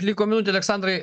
liko minutė aleksandrai